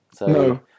No